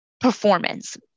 performance